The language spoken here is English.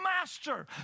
master